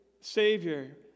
Savior